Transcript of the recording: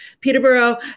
Peterborough